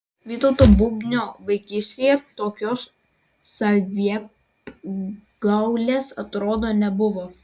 vytauto bubnio vaikystėje tokios saviapgaulės atrodo nebuvo